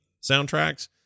soundtracks